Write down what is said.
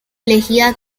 elegida